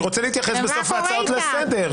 אני רוצה להתייחס בסוף ההצעות לסדר.